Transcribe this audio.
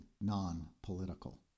non-political